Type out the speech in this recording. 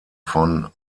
von